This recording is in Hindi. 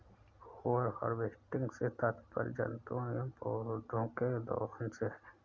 ओवर हार्वेस्टिंग से तात्पर्य जंतुओं एंव पौधौं के दोहन से है